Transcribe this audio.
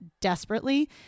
desperately